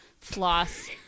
floss